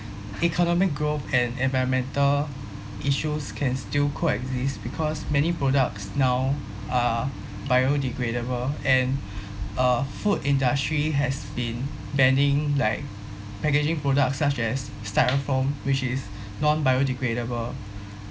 economic growth and environmental issues can still co-exist because many products now are biodegradable and uh food industry has been banning like packaging products such as styrofoam which is non-biodegradable